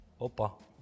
Opa